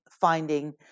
finding